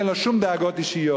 אין לו שום דאגות אישיות.